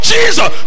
Jesus